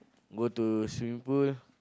go to swimming pool